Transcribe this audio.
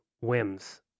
whims